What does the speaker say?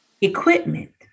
equipment